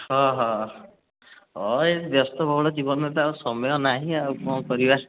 ହଁ ହଁ ଏହି ବ୍ୟସ୍ତ ବହୁଳ ଜୀବନ ତ ଆଉ ସମୟ ନାହିଁ ଆଉ କ'ଣ କରିବା